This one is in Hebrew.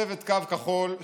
צוות קו כחול,